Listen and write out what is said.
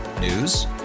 News